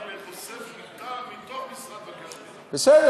רק אם הוא חושף, מתוך משרד המבקר.